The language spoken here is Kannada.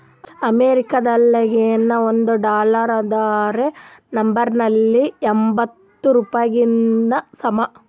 ಅಮೇರಿಕಾದಾಗಿನ ಒಂದ್ ಡಾಲರ್ ಅಂದುರ್ ನಂಬಲ್ಲಿ ಎಂಬತ್ತ್ ರೂಪಾಯಿಗಿ ಸಮ